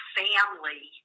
family